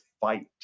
fight